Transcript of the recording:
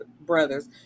brothers